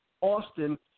Austin